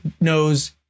knows—